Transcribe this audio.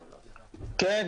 כן.